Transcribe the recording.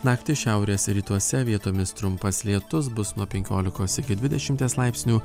naktį šiaurės rytuose vietomis trumpas lietus bus nuo penkiolikos iki dvidešimties laipsnių